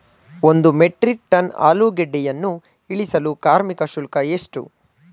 ಒಂದು metric ton ಆಲೂಗೆಡ್ಡೆಯನ್ನು ಇಳಿಸಲು ಕಾರ್ಮಿಕ ಶುಲ್ಕ ಎಷ್ಟು?